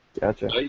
Gotcha